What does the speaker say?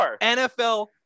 NFL